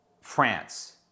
France